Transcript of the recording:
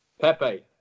Pepe